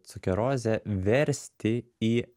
sukerozę versti į